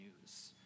news